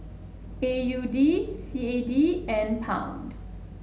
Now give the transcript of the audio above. A U D C A D and Pound